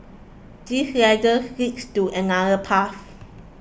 this ladder leads to another path